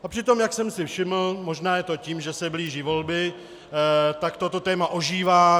A přitom, jak jsem si všiml, možná je to tím, že se blíží volby, tak toto téma ožívá.